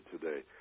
today